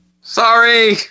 Sorry